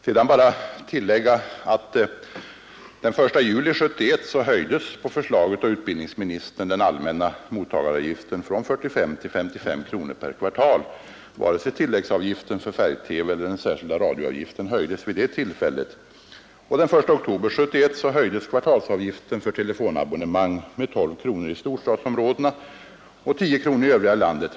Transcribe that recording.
Sedan vill jag bara tillägga att på förslag av utbildningsministern höjdes den allmänna mottagaravgiften den 1 juli 1971 från 45 till 55 kronor per kvartal. Varken tilläggsavgiften för färg-TV eller den särskilda radioavgiften höjdes vid det tillfället. Den 1 oktober 1971 höjdes kvartalsavgiften för telefonabonnemang med 12 kronor i storstadsområdena och 10 kronor i övriga delar av landet.